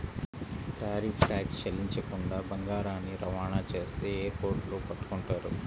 tariff tax చెల్లించకుండా బంగారాన్ని రవాణా చేస్తే ఎయిర్ పోర్టుల్లో పట్టుకుంటారు